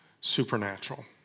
Supernatural